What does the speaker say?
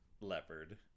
leopard